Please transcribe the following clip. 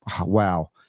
wow